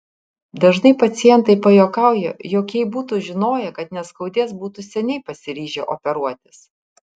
dažnai pacientai pajuokauja jog jei būtų žinoję kad neskaudės būtų seniai pasiryžę operuotis